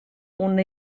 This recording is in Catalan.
una